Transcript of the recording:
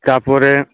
ତା'ପରେ